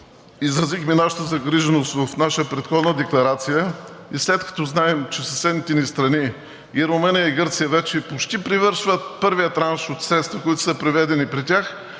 изразихме нашата загриженост от наша предходна декларация и след като знаем, че съседните ни страни – и Румъния, и Гърция, вече почти привършват първия транш от средствата, приведени при тях,